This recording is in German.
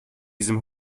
diesem